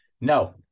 no